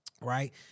Right